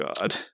god